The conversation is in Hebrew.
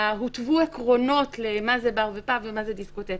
הותוו עקרונות למה זה בר ופאב ו מה זה דיסקוטק.